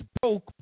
broke